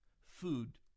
food